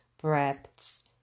breaths